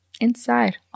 inside